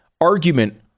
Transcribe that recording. argument